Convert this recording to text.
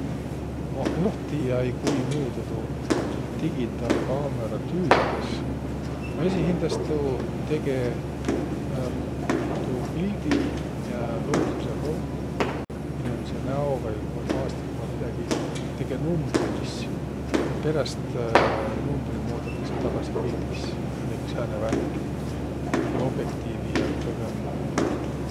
Maq joht tiiä-äi, kuimuudu tuu digitaalkaamõra tüütäs. No esiqhindäst tuu tege tuu pildi, miä luudusõh um, inemise näo vai maastigu vaimidägi, tege numbriis. Ja peräst numbriq muuidõtasõq tagasi pildis. Määnegi sääne värk. Läbi objektiivi ja kõgõ.